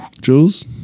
Jules